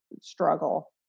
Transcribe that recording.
struggle